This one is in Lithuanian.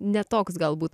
ne toks galbūt